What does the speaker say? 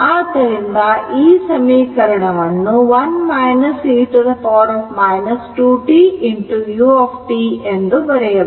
ಆದ್ದರಿಂದ ಈ ಸಮೀಕರಣವನ್ನು 1 e 2t u ಎಂದು ಬರೆಯಬಹುದು